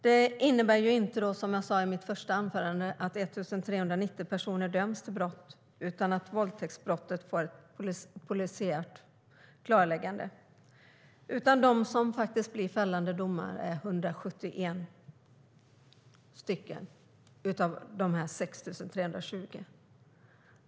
Det innebär inte, som jag sade i mitt första anförande, att 1 390 personer döms för brott, utan bara att våldtäktsbrottet får ett polisiärt klarläggande. Det blev faktiskt bara 171 fällande domar av dessa 6 320.